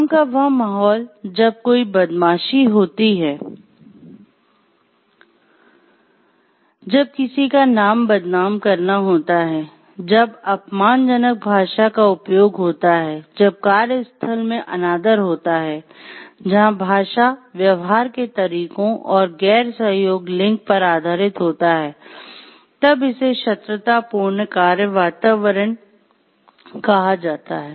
काम का वह माहौल जब कोई बदमाशी होती है जब किसी का नाम बदनाम करना होता है जब अपमानजनक भाषा का उपयोग होता है जब कार्यस्थल में अनादर होता है जहां भाषा व्यवहार के तरीकों और गैर सहयोग लिंग पर आधारित होता है तब इसे शत्रुतापूर्ण कार्य वातावरण कहा जाता है